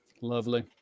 Lovely